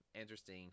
interesting